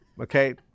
okay